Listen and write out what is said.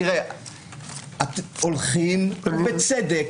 הולכים, ובצדק,